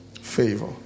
Favor